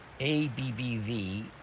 ABBV